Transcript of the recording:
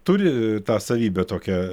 ir turi tą savybę tokią